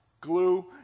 Glue